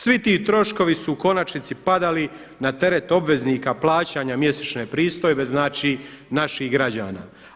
Svi ti troškovi su u konačnici padali na teret obveznika plaćanja mjesečne pristojbe, znači naših građana.